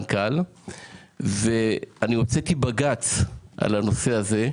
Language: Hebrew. והגשתי בג"ץ בנושא הזה.